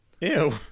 Ew